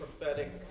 prophetic